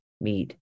meat